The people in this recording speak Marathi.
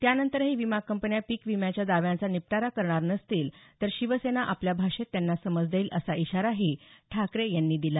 त्यानंतरही विमा कंपन्या पीक विम्याच्या दाव्यांचा निपटारा करणार नसतील तर शिवसेना आपल्या भाषेत त्यांना समज देईल असा इशाराही ठाकरे यांनी दिला